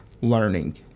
learning